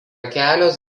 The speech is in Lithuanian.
kelios